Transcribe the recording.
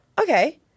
okay